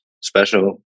special